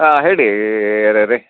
ಹಾಂ ಹೇಳಿ